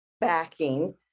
backing